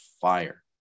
fire